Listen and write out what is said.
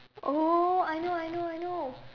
oh I know I know I know